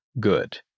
good